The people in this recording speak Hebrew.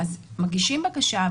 מגישים בקשה,